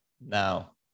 now